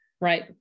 Right